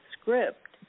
script